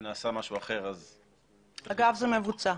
זה מבוצע.